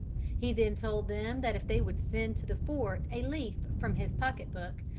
he then told them that if they would send to the fort a leaf from his pocket-book,